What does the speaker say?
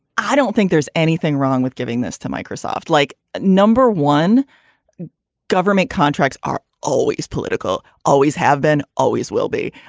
i don't think there's anything wrong with giving this to microsoft like no one government contracts are always political. always have been. always will be.